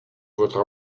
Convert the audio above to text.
votre